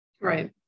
Right